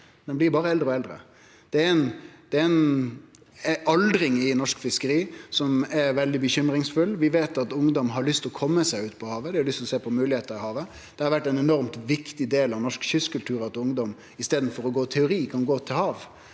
dei blir berre eldre og eldre. Det er ei aldring i norske fiskeri som er veldig bekymringsfull. Vi veit at ungdom har lyst til å kome seg ut på havet, dei har lyst til å sjå på moglegheiter i havet. Det har vore ein enormt viktig del av norsk kystkultur at ungdom i staden for å gå teori, kan gå til havet.